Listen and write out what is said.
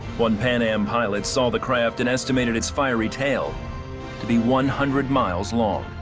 one pan am pilot saw the craft and estimated it's fiery tail to be one hundred miles long.